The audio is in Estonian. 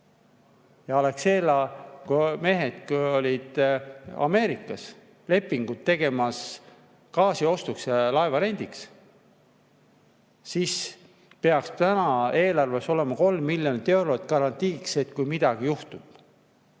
– Alexela mehed olid Ameerikas lepinguid tegemas gaasiostuks ja laevarendiks –, siis peaks täna eelarves olema 3 miljonit eurot garantiiks, kui midagi juhtub.